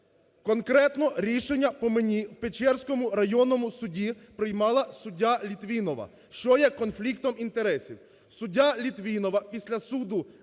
Конкретно рішення по мені в Печерському районному суді приймала суддя Литвинова, що є конфліктом інтересів: